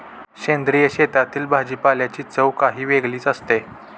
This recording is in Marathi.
सेंद्रिय शेतातील भाजीपाल्याची चव काही वेगळीच लागते